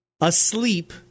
asleep